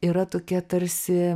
yra tokia tarsi